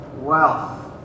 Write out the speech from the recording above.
wealth